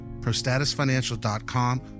ProStatusFinancial.com